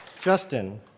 Justin